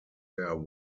there